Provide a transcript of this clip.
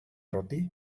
roti